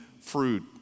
fruit